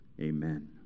Amen